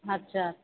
अच्छा